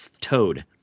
toad